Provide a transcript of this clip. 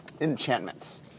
enchantments